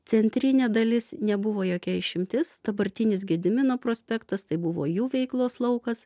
centrinė dalis nebuvo jokia išimtis dabartinis gedimino prospektas tai buvo jų veiklos laukas